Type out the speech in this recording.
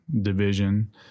division